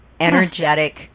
energetic